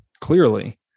clearly